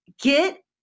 get